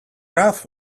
rough